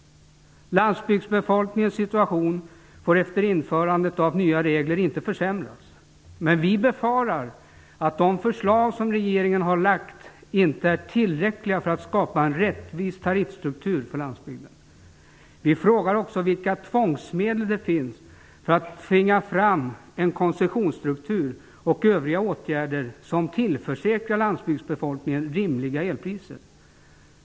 Landsbygdsbefolkningens situation får inte försämras efter införandet av nya regler. Men vi befarar att de förslag som regeringen har lagt fram inte är tillräckliga för att skapa en rättvis tariffstruktur för landsbygden. Vi undrar också vilka medel som finns för att tvinga fram en koncessionsstruktur och övriga åtgärder som kan tillförsäkra landsbygdsbefolkningen rimliga elpriser.